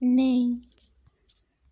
नेईं